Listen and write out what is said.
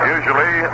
Usually